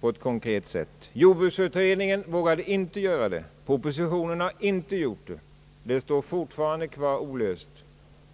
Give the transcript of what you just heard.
på ett konkret sätt. Jordbruksutredningen vågade inte göra det. Propositionen har inte gjort det. Det står fortfarande kvar olöst.